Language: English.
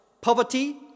Poverty